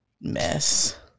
mess